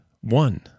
one